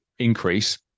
increase